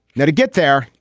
let it get there.